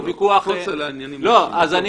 תקפוץ על העניינים האישיים.